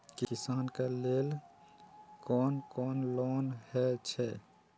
किसान के लेल कोन कोन लोन हे छे?